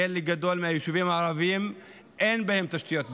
בחלק גדול מהישובים הערביים אין תשתיות ביוב.